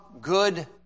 good